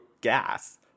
gas